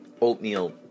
oatmeal